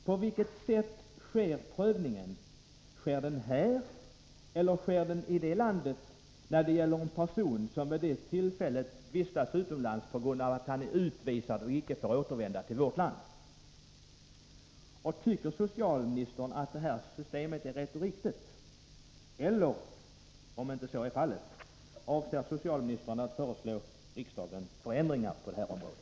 På vilket sätt sker prövningen — sker den här eller i det land där en person vistas på grund av att han är utvisad och icke får återvända till vårt land? Tycker socialministern att det här systemet är rätt och riktigt? Om så inte är fallet, avser socialministern att föreslå riksdagen några förändringar på detta område?